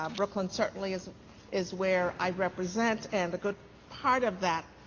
um brooklyn certainly is is where i represent and the good part of that,